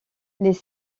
les